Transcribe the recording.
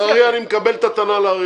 אני מקבל את הטענה על הררי,